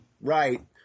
right